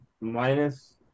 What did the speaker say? minus